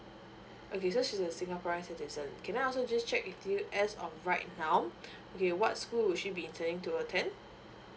okay so she's a singaporean citizen can I also just check with you as of right now okay what school would she be intending to attend